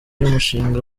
y’umushinga